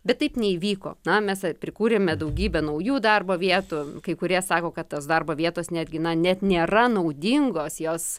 bet taip neįvyko na mes prikūrėme daugybę naujų darbo vietų kai kurie sako kad tos darbo vietos netgi na net nėra naudingos jos